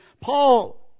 Paul